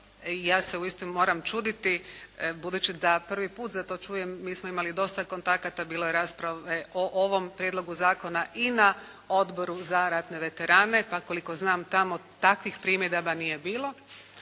ja se uistinu moram čuditi, budući da prvi put za to čujem, mi smo imali dosta kontakata, bilo je rasprave o ovom prijedlogu zakona i na Odboru za ratne veterane, pa koliko znam tamo takvih primjedaba nije bilo.